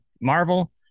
Marvel